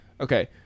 Okay